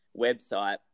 website